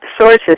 sources